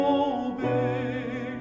obey